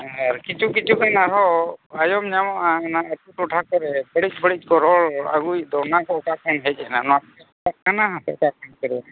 ᱟᱨ ᱠᱤᱪᱪᱷᱩ ᱠᱤᱪᱪᱷᱩ ᱠᱚᱨᱮᱜ ᱟᱨᱦᱚᱸ ᱟᱸᱡᱚᱢ ᱧᱟᱢᱚᱜᱼᱟ ᱚᱱᱟ ᱟᱹᱛᱩ ᱴᱚᱴᱷᱟ ᱠᱚᱨᱮᱜ ᱵᱟᱹᱲᱤᱡ ᱵᱟᱹᱲᱤᱡ ᱠᱚ ᱨᱚᱲ ᱟᱹᱜᱩᱭᱮᱫ ᱫᱚ ᱚᱱᱟ ᱠᱚ ᱚᱠᱟ ᱠᱷᱚᱱ ᱦᱮᱡᱱᱟ ᱥᱮ ᱱᱚᱣᱟ ᱠᱚ ᱠᱷᱚᱱ ᱠᱚ ᱨᱚᱲᱟ